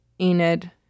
Enid